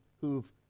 who've